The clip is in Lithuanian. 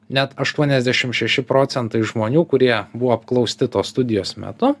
net aštuoniasdešim šeši procentai žmonių kurie buvo apklausti tos studijos metu